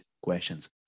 questions